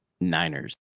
Niners